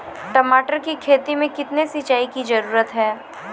टमाटर की खेती मे कितने सिंचाई की जरूरत हैं?